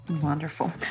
Wonderful